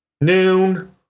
noon